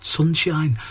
Sunshine